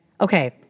Okay